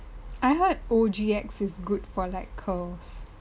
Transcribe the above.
I heard O_G_X is good for like curls